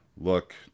look